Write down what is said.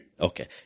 okay